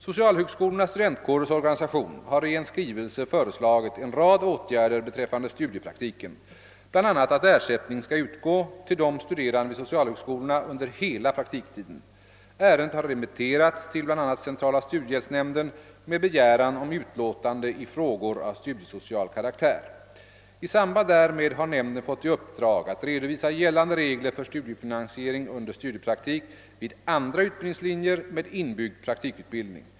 Socialhögskolornas studentkårers organisation har i en skrivelse föreslagit en rad åtgärder beträffande studiepraktiken, bl.a. att ersättning skall utgå till de studerande vid socialhögskolorna under hela praktiktiden. Ärendet har remitterats till bl.a. centrala studiehjälpsnämnden med begäran om utlåtande i frågor av studiesocial karaktär. I samband därmed har nämnden fått i uppdrag att redovisa gällande regler för studiefinansiering under studiepraktik vid andra utbildningslinjer med inbyggd praktikutbildning.